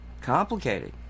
complicated